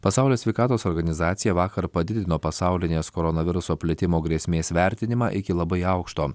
pasaulio sveikatos organizacija vakar padidino pasaulinės koronaviruso plitimo grėsmės vertinimą iki labai aukšto